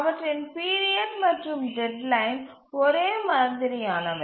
அவற்றின் பீரியட் மற்றும் டெட்லைன் ஒரே மாதிரியானவை